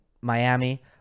Miami